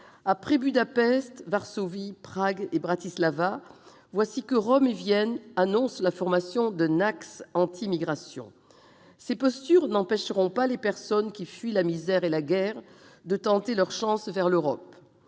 Après Budapest, Varsovie, Prague et Bratislava, voilà que Rome et Vienne annoncent la formation d'un « axe » anti-migration. Ces postures n'empêcheront pas les personnes qui fuient la misère et la guerre de tenter leur chance vers l'Europe.